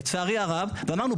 אמרנו,